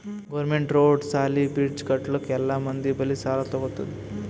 government road, ಸಾಲಿ, bridge ಕಟ್ಟಲುಕ್ ಎಲ್ಲಾ ಮಂದಿ ಬಲ್ಲಿ ಸಾಲಾ ತಗೊತ್ತುದ್